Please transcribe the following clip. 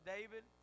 David